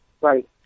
Right